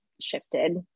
shifted